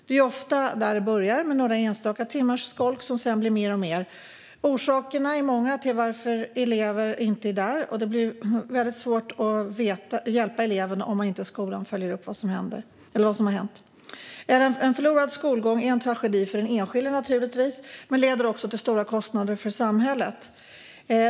Det är ju ofta där det börjar, med några enstaka timmars skolk som sedan blir fler och fler. Orsakerna till att elever inte är i skolan är många, men det blir väldigt svårt att hjälpa dem om skolan inte följer upp vad som har hänt. En förlorad skolgång är en tragedi för den enskilde men leder också till stora kostnader för samhället.